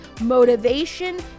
motivation